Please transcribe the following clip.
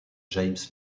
james